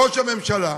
ראש הממשלה,